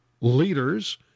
leaders—